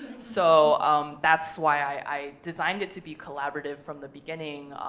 so um that's why i designed it to be collaborative from the beginning,